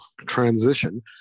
transition